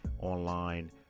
online